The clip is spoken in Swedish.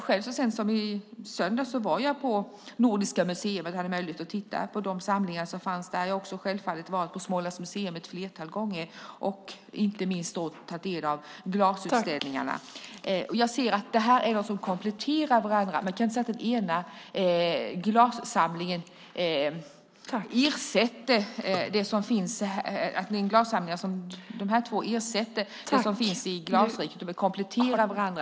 Så sent som i söndags var jag själv på Nordiska museet och hade möjlighet att titta på de samlingar som finns där. Jag har självfallet också varit på Smålands museum ett flertal gånger och inte minst tagit del av glasutställningarna. Jag ser att dessa samlingar kompletterar varandra. Man kan inte säga att de här två glassamlingarna ersätter det som finns i Glasriket, utan de kompletterar varandra. Konkreta svar, kulturministern!